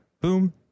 boom